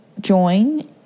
join